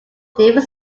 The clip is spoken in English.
devon